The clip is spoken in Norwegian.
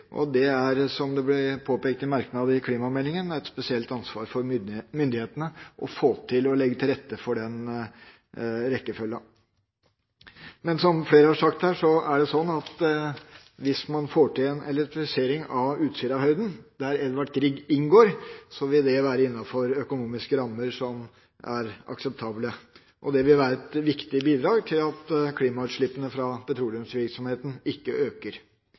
Det er – som det ble påpekt i en merknad til klimameldingen – et spesielt ansvar for myndighetene å få til og legge til rette for den rekkefølgen. Men som flere har sagt her, er det slik at hvis man får til elektrifisering av Utsirahøyden, der Edvard Grieg-feltet inngår, vil det være innenfor økonomiske rammer som er akseptable, og det vil være et viktig bidrag til at klimautslippene fra petroleumsvirksomheten ikke øker.